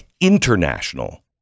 international